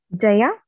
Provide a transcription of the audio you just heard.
Jaya